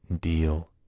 deal